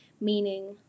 meaning